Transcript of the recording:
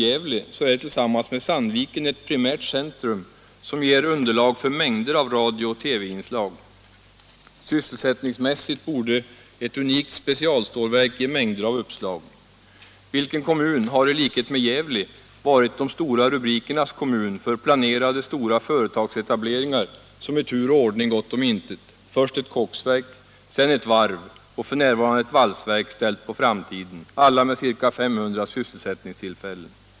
Gävle är tillsammans med Sandviken ett primärt centrum, som ger underlag för mängder av radio och TV-inslag. Sysselsättningsmässigt borde ett unikt specialstålverk ge mängder av uppslag. Vilken kommun har i likhet med Gävle varit de stora rubrikernas kommun för planerade stora företagsetableringar, som i tur och ordning gått om intet: först ett koksverk, sedan ett varv och f.n. ett valsverk skjutet på framtiden, alla med ca 500 sysselsättningstillfällen?